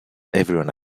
everyone